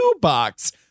box